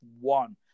one